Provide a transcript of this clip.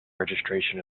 registration